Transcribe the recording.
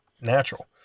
natural